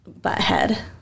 butthead